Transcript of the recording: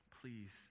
Please